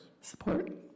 Support